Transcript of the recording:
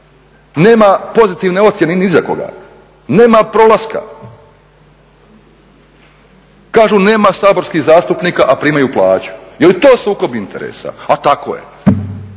Nema pozitivne ocjene ni za koga, nema prolaska. Kažu nema saborskih zastupnika, a primaju plaću. Jeli to sukob interesa, a primaju